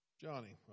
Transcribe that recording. Johnny